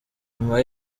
nyuma